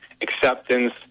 acceptance